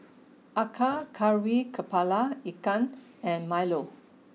Acar Kari Kepala Ikan and Milo